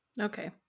Okay